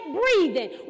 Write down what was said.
breathing